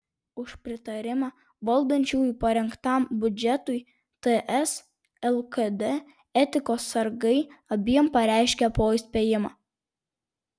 už pritarimą valdančiųjų parengtam biudžetui ts lkd etikos sargai abiem pareiškė po įspėjimą